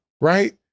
Right